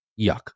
Yuck